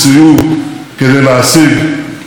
אנחנו נמשיך לנווט את המדינה באחריות,